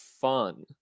fun